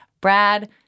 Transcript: Brad